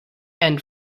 and